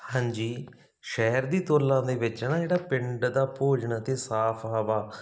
ਹਾਂਜੀ ਸ਼ਹਿਰ ਦੀ ਤੁਲਨਾ ਦੇ ਵਿੱਚ ਨਾ ਜਿਹੜਾ ਪਿੰਡ ਦਾ ਭੋਜਨ ਅਤੇ ਸਾਫ ਹਵਾ